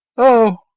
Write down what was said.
oh,